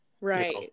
Right